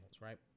right